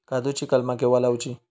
काजुची कलमा केव्हा लावची?